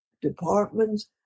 departments